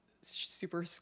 super